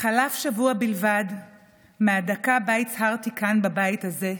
הצהרתי כאן, בבית הזה,